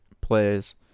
plays